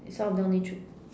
some of them only three